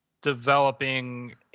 developing